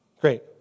Great